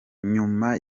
nyuma